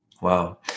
Wow